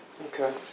Okay